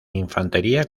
infantería